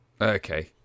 okay